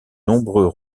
nombreux